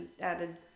added